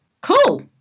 cool